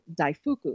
Daifuku